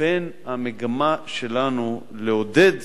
במגמה שלנו לעודד